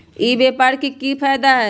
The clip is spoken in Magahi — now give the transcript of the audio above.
ई व्यापार के की की फायदा है?